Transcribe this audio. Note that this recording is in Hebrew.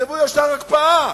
תכתבו ישר "הקפאה",